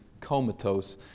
comatose